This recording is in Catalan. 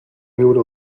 viure